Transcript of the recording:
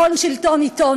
הון שלטון עיתון,